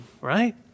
right